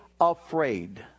afraid